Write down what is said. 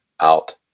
out